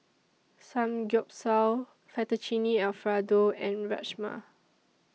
Samgyeopsal Fettuccine Alfredo and Rajma